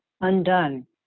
undone